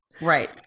Right